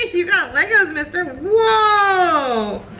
you got legos mister. whoa.